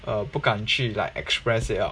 uh 不敢去 like express it out